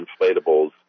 inflatables